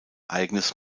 eigenes